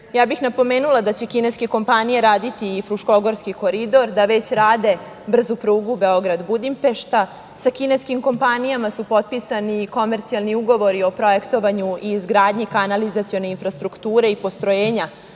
bih napomenula da će kineske kompanije raditi i Fruškogorski koridor, da već rade brzu prugu Beograd – Budimpešta. Sa kineskim kompanijama su potpisani i komercijalni ugovori o projektovanju i izgradnji kanalizacione infrastrukture i postrojenja